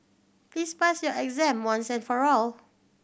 please pass your exam once and for all